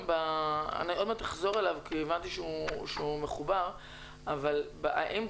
אני עוד מעט אחזור אליו כי הבנתי שהוא מחובר אבל הם,